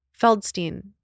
Feldstein